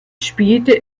spielte